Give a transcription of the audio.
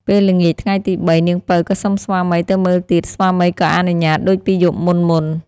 ពេលល្ងាចថ្ងៃទី៣ នាងពៅក៏សុំស្វាមីទៅមើលទៀត ស្វាមីក៏អនុញ្ញាតដូចពីយប់មុនៗ។